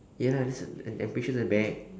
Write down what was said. ya lah that's a I'm pretty sure that's a bag